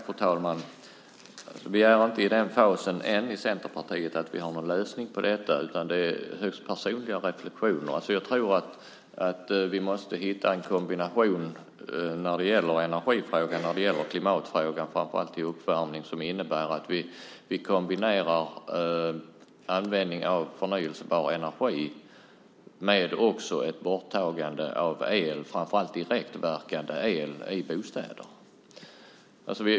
Fru talman! Centerpartiet är inte i den fasen att vi har någon lösning på detta. Det är högst personliga reflexioner. Vi måste hitta en kombination när det gäller energifrågan och klimatfrågan, framför allt vid uppvärmning, som innebär att vi kombinerar användning av förnybar energi med ett borttagande av framför allt direktverkande el i bostäder.